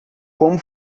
como